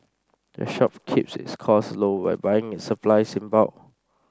the shop keeps its cost low by buying its supplies in bulk